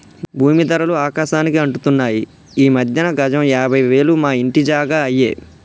భూమీ ధరలు ఆకాశానికి అంటుతున్నాయి ఈ మధ్యన గజం యాభై వేలు మా ఇంటి జాగా అయ్యే